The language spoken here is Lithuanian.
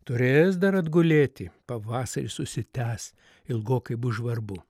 turės dar atgulėti pavasaris užsitęs ilgokai bus žvarbu